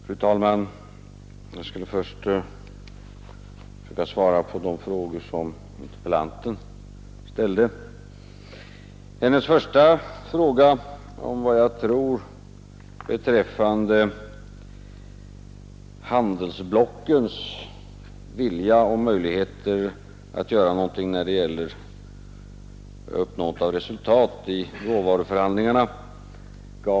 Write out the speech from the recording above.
Fru talman! Jag skall först försöka att svara på de frågor som interpellanten ställde. Fru Lundblads första fråga gällde handelsblockens vilja och möjligheter att göra någonting som kan medföra resultat vid råvaruförhandlingarna.